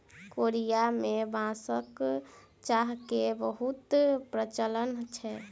Korea में बांसक चाह के बहुत प्रचलन छै